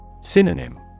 Synonym